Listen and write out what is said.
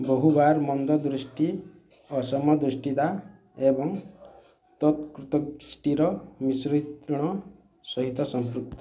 ବହୁବାର ମନ୍ଦଦୃଷ୍ଟି ଅସମଦୃଷ୍ଟିତା ଏବଂ ତିର୍ଯ୍ୟକ୍ଦୃଷ୍ଟିର ମିଶ୍ରଣ ସହିତ ସମ୍ପୃକ୍ତ